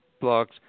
blocks